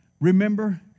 Remember